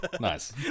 nice